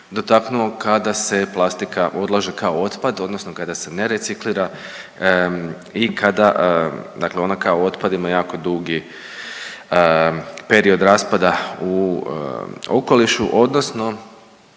dotaknuo kada se plastika odlaže kao otpad odnosno kada se ne reciklira i kada dakle ona kao otpad ima jako dugi period raspada u okolišu odnosno